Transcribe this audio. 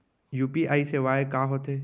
UPI सेवाएं का होथे